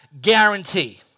guarantee